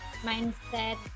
mindset